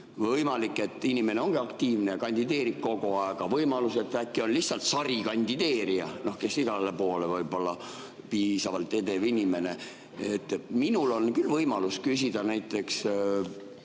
Võimalik, et inimene ongi aktiivne, kandideerib kogu aeg, äkki on lihtsalt sarikandideerija, kes igale poole [kandideerib], piisavalt edev inimene. Minul on küll võimalus küsida näiteks